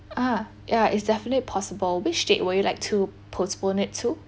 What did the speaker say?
ah yeah it's definitely possible which date will you like to postpone it to